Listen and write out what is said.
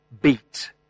beat